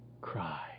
cry